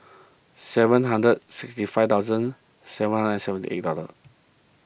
seven hundred sixty five thousand seven hundred and seventy eight dollar